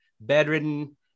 bedridden